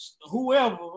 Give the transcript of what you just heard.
whoever